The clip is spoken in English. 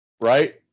Right